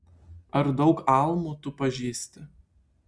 ar daug almų tu pažįsti